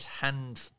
hand